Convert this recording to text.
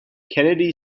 kennedy